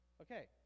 Okay